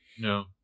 No